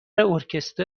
ارکستر